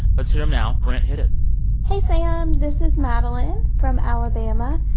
let's hear them now. brent, hit it hey, sam. this is madeline from alabama.